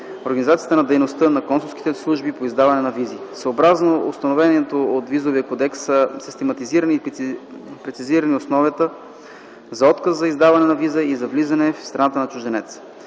организацията на дейността на консулските служби по издаване на визи. Съобразно установеното от Визовия кодекс са систематизирани и прецизирани основанията за отказ за издаване на виза или за влизане в страната на чужденец.